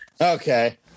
Okay